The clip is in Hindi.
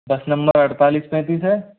बस नंबर अड़तालीस तैंतीस है